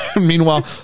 Meanwhile